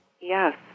Yes